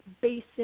Basic